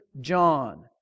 John